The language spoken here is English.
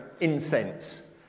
incense